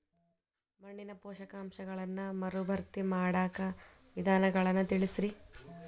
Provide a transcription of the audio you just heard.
ಮಣ್ಣಿನ ಪೋಷಕಾಂಶಗಳನ್ನ ಮರುಭರ್ತಿ ಮಾಡಾಕ ವಿಧಾನಗಳನ್ನ ತಿಳಸ್ರಿ